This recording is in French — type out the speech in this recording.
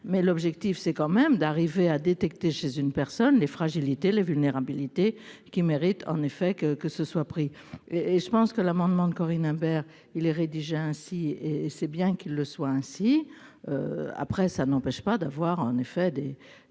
mais l'objectif c'est quand même d'arriver à détecter chez une personne les fragilités, les vulnérabilités qui méritent, en effet, que que ce soit pris et et je pense que l'amendement de Corinne Imbert il rédigé ainsi, et c'est bien qu'il le soit ainsi après ça n'empêche pas d'avoir un effet des